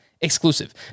Exclusive